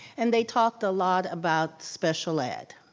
and they talked a lot about special ed.